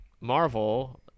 Marvel